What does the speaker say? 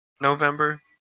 November